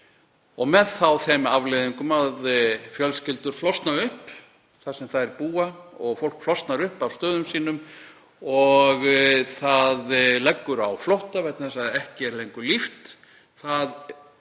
með þeim afleiðingum að fjölskyldur flosna upp þar sem þær búa og fólk flosnar upp af stöðum sínum og leggur á flótta vegna þess að ekki er lengur líft.